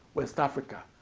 west africa,